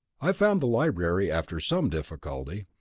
i found the library after some difficulty.